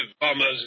bombers